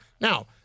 Now